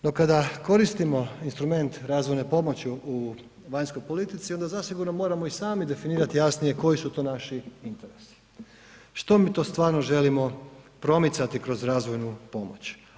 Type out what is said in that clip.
No kada koristimo instrument razvojne pomoći u vanjskoj politici onda zasigurno moramo i sami definirati jasnije koji su to naši interesi, što mi to stvarno želimo promicati kroz razvojnu pomoć.